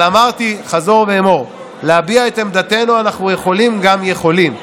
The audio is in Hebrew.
אבל אמרתי חזור ואמור: להביע את עמדתנו אנחנו יכולים גם יכולים,